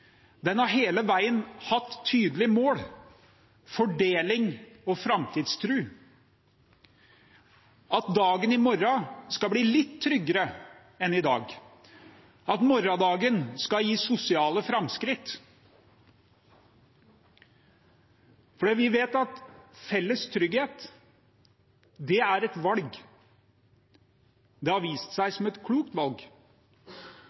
Den velferdsstaten som arbeidsfolk og folkevalgte har bygd opp, har hele veien hatt tydelige mål – fordeling og framtidstro – at dagen i morgen skal bli litt tryggere enn i dag, og at morgendagen skal gi sosiale framskritt. For vi vet at felles trygghet er et valg, og det har vist seg